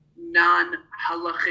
non-halachic